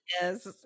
Yes